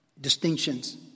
Distinctions